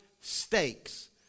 stakes